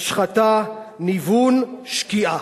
השחתה, ניוון, שקיעה.